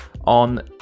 on